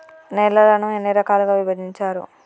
నేలలను ఎన్ని రకాలుగా విభజించారు?